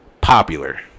popular